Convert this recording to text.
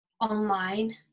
online